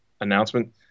announcement